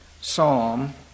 psalm